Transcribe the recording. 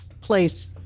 place